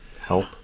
help